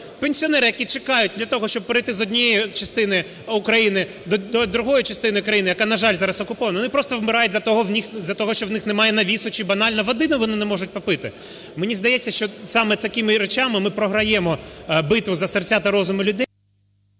Пенсіонери, які чекають для того, щоб перейти з однієї частини України до другої частини країни, яка, на жаль, зараз окупована, вони просто вмирають з-за того, що в них немає навісу чи банально води вони не можуть попити. Мені здається, що саме такими речами ми програємо битву за серця та розуми людей...